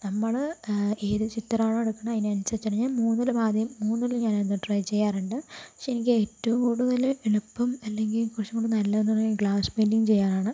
നമ്മള് ഏത് ചിത്രമാണോ എടുക്കുന്നത് അതിനനുസരിച്ചാണ് ഞാൻ മൂന്നിലും ആദ്യം മൂന്നിലും ഞാന് എന്താ ട്രൈ ചെയ്യാറുണ്ട് പക്ഷെ എനിക്ക് ഏറ്റവും കൂടുതല് എളുപ്പം അല്ലെങ്കിൽ കൊറച്ചും കൂടി നല്ലതെന്ന് പറഞ്ഞാൽ ഈ ഗ്ലാസ് പെയിൻറ്റിങ് ചെയ്യാനാണ്